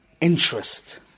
interest